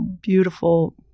beautiful